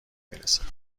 میرسد